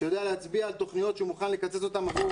‏שיודע להצביע על תכניות שהוא מוכן לקצץ בהן.